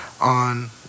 on